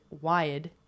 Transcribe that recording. wired